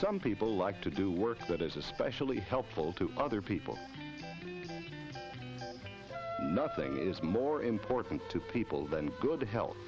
some people like to do work that is especially helpful to other people nothing is more important to people than good